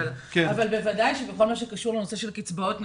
אבל בוודאי שבכל מה שקשור לנושא קצבאות נכות,